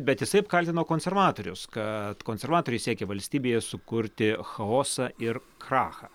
bet jisai apkaltino konservatorius kad konservatoriai siekia valstybėje sukurti chaosą ir krachą